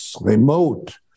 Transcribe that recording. remote